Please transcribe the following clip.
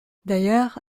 d’ailleurs